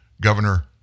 Governor